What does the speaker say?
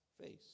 face